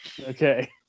okay